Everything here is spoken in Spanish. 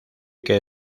que